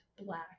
black